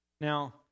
Now